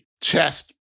chest